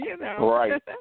Right